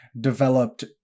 developed